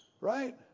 Right